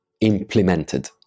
implemented